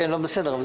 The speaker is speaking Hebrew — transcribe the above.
יש